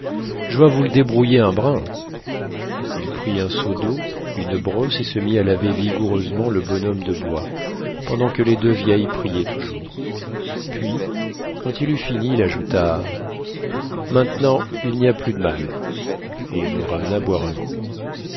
j'vas vous l'débrouiller un brin il prit un seau d'eau une brosse et se mit à laver vigoureusement le bonhomme de bois pendant que les deux vieilles priaient toujours puis quand il eut fini il ajouta maintenant il n'y a plus d'mal et il nous ramena boire un coup